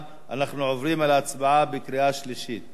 אנחנו עוברים להצבעה בקריאה שלישית.